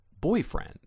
boyfriend